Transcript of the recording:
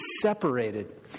separated